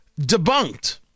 debunked